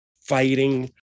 fighting